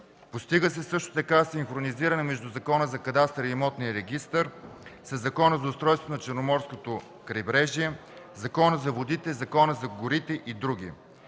Постига се също така синхронизиране между Закона за кадастъра и имотния регистър със Закона за устройството на Черноморското крайбрежие, Закона за водите, Закона за горите и други.